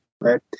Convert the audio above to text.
right